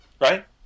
Right